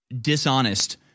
dishonest